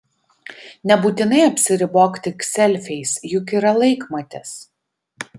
nebūtinai apsiribok tik selfiais juk yra laikmatis